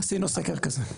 עשינו סקר כזה.